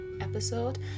episode